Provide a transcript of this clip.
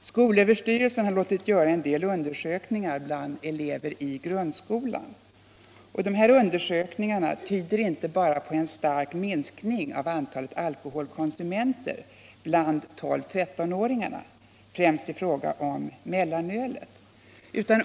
Skolöverstyrelsen har låtit göra en del undersökningar bland elever i grundskolan. Resultatet tyder inte bara på en stark minskning av antalet alkoholkonsumenter bland 12-13-åringarna, främst i fråga om mellanölet.